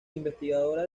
investigadora